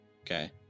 Okay